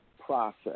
process